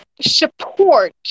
support